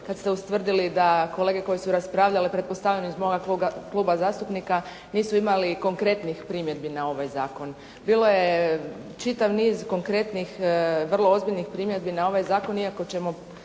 se ste ustvrdili da kolege koje su raspravljale pretpostavljam iz moga kluba zastupnika nisu imali konkretnih primjedbi na ovaj zakon. Bilo je čitav niz konkretnih, vrlo ozbiljnih primjedbi na ovaj zakon, iako ćemo